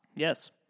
Yes